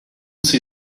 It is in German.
sie